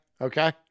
okay